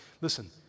Listen